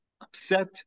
upset